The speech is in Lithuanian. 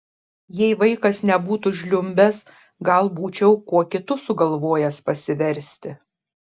jei vaikas nebūtų žliumbęs gal būčiau kuo kitu sugalvojęs pasiversti